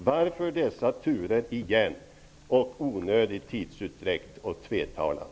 Varför återigen dessa turer, onödig tidsutdräkt och tvetalan?